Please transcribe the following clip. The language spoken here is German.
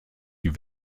die